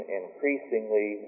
increasingly